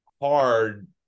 hard